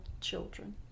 children